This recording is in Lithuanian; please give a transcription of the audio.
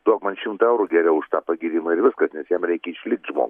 duok man šimtą eurų geriau už tą pagyrimą ir viskas nes jiem reikia išlikt žmogui